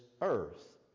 earth